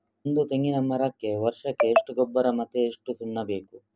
ಒಂದು ತೆಂಗಿನ ಮರಕ್ಕೆ ವರ್ಷಕ್ಕೆ ಎಷ್ಟು ಗೊಬ್ಬರ ಮತ್ತೆ ಎಷ್ಟು ಸುಣ್ಣ ಬೇಕು?